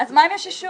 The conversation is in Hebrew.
אז מה אם יש אישור?